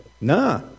nah